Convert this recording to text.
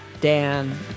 Dan